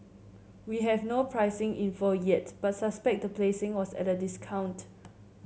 we have no pricing info yet but suspect the placing was at a discount